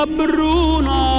bruna